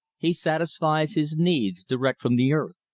he satisfies his needs direct from the earth.